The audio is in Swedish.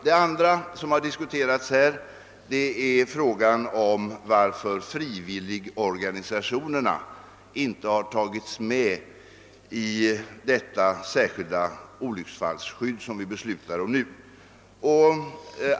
Det andra som diskuterats är frågan om varför frivilligorganisationerna inte har tagits med i detta särskilda olycksfallsskydd som vi nu skall besluta om.